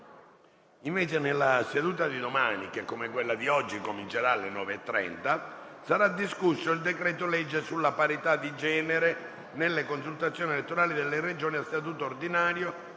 voto. Nella seduta di domani - che, come quella di oggi, inizierà alle ore 9,30 - sarà discusso il decreto-legge sulla parità di genere nelle consultazioni elettorali delle Regioni a statuto ordinario,